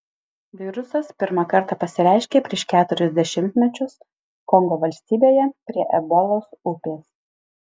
virusas pirmą kartą pasireiškė prieš keturis dešimtmečius kongo valstybėje prie ebolos upės